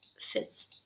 fits